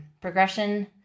progression